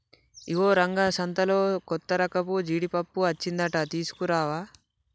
ఇగో రంగా సంతలో కొత్తరకపు జీడిపప్పు అచ్చిందంట తీసుకురావా